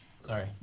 Sorry